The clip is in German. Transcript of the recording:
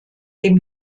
dem